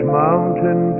mountain